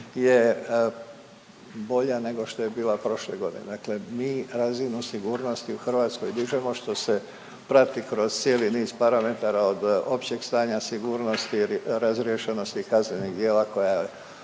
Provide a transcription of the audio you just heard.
je bolja nego što je bila prošle godine. Dakle, mi razinu sigurnosti u Hrvatskoj dižemo što se prati kroz cijeli niz parametara od općeg stanja sigurnosti, razriješenosti kaznenih djela koja